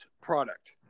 product